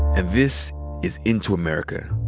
and this is into america.